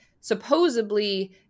supposedly